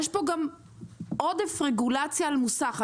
יש פה גם עודף רגולציה על מוסך.